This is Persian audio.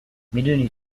میدونی